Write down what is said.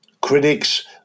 Critics